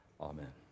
amen